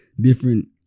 different